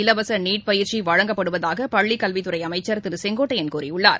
இலவச நீட் பயிற்சி வழங்கப்படுவதாக பள்ளிக்கல்வித்துறை அமைச்சர் திரு கே ஏ செங்கோட்டையன் கூறியுள்ளார்